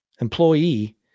employee